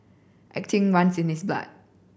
acting runs in his blood